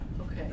Okay